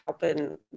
helping